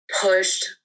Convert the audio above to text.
pushed